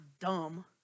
dumb